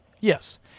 Yes